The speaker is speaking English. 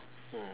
mm